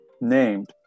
named